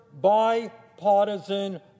bipartisan